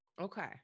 Okay